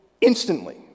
instantly